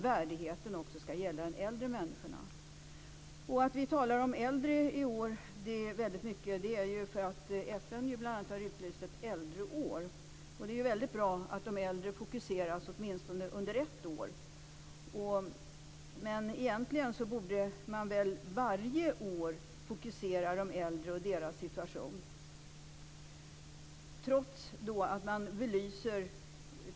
Värdigheten skall också gälla de äldre människorna. Att vi talar mycket om äldre i år beror på att FN har utlyst ett äldreår. Det är bra att de äldre fokuseras under åtminstone ett år. Men egentligen borde de äldre och deras situation fokuseras varje år.